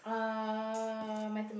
uh Mathematics